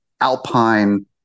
alpine